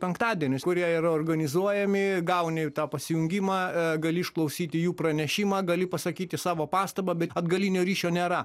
penktadienius kurie yra organizuojami gauni tą pajungimą gali išklausyti jų pranešimą gali pasakyti savo pastabą bet atgalinio ryšio nėra